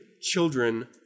children